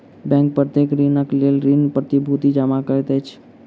bank प्रत्येक ऋणक लेल ऋण प्रतिभूति जमा करैत अछि